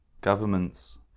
governments